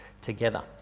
together